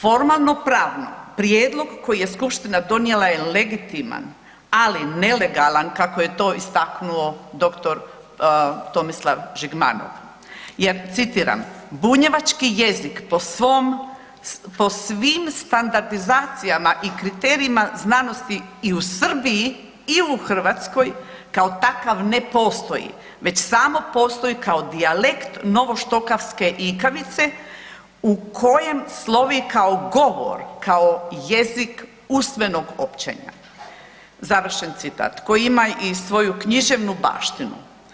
Formalno pravno, prijedlog koji je skupština je legitiman ali nelegalan kako je to istaknuo dr. Tomislav Žigmanov jer citiram „Bunjevački jezik po svim standardizacijama i kriterijima znanosti u Srbiji i u Hrvatskoj, kao takav ne postoji već samo postoji kao dijalekt novoštokavske ikavice u kojem slovi kao govor, kao jezik usmenog općenja“, koji ima i svoju književnu baštinu.